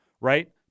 right